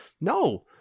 No